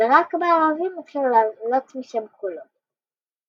ורק בערבים התחילו לעלות משם קולות.